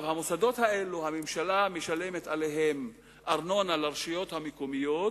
הממשלה משלמת על המוסדות האלה ארנונה לרשויות המקומיות,